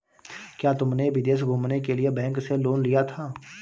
क्या तुमने विदेश घूमने के लिए बैंक से लोन लिया था?